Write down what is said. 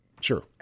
Sure